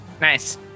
Nice